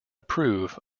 approve